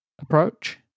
approach